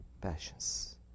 passions